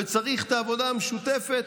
וצריך את העבודה המשותפת,